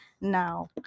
now